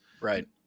Right